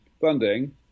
funding